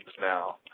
now